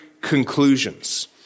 conclusions